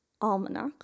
almanac